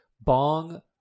bong